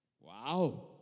Wow